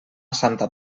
santa